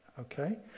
okay